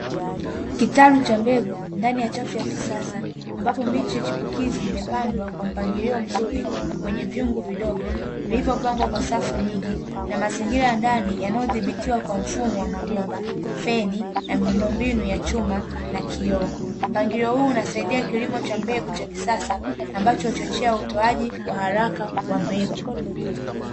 Kitalu cha mbegu ndani ya chafu ya kisasa, ambapo miche chipukizi imepandwa kwa mpangilio mzuri, kwenye vyungu vidogo vilivyopangwa kwa safu nyingi, na mazingira ya ndani yanayozibitiwa kwa mfumo wa mabomba, feni na miundo mbinu ya chuma na kioo. Mpangilio huu husaidia kilimo cha mbegu cha kisasa, ambacho huchochea utoji wa haraka wa mbegu.